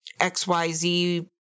XYZ